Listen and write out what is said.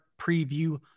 Preview